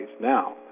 now